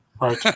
right